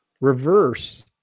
Reverse